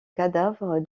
cadavre